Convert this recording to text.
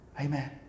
Amen